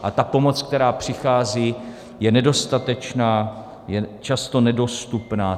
A ta pomoc, která přichází, je nedostatečná, je často nedostupná.